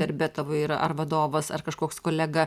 darbe tavo yra ar vadovas ar kažkoks kolega